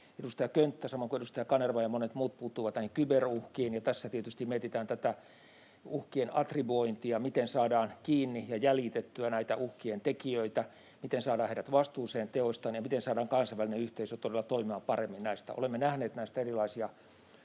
Edustaja Könttä samoin kuin edustaja Kanerva ja monet muut puuttuivat näihin ky-beruhkiin, ja tässä tietysti me etsitään tätä uhkien attribuointia, miten saadaan kiinni ja jäljitettyä näitä uhkien tekijöitä, miten saadaan heidät vastuuseen teoistaan ja miten saadaan kansainvälinen yhteisö todella toimimaan paremmin näissä. Olemme nähneet näistä erilaisia